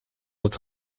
het